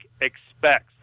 expects